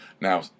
Now